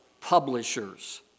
publishers